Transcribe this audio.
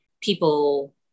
people